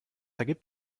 ergibt